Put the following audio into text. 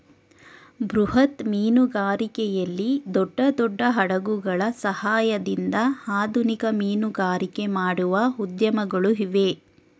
ಬೃಹತ್ ಮೀನುಗಾರಿಕೆಯಲ್ಲಿ ದೊಡ್ಡ ದೊಡ್ಡ ಹಡಗುಗಳ ಸಹಾಯದಿಂದ ಆಧುನಿಕ ಮೀನುಗಾರಿಕೆ ಮಾಡುವ ಉದ್ಯಮಗಳು ಇವೆ